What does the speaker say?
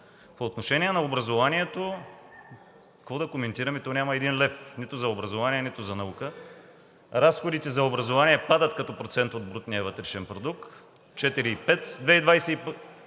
По отношение на образованието, какво да коментираме, то няма един лев, нито за образование, нито за наука. Разходите за образование падат като процент от брутния вътрешен продукт – 2021 г.